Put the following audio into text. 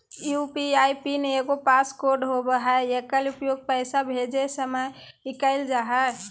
UPI PIN एगो passcode होबो हइ एकर उपयोग पैसा भेजय समय कइल जा हइ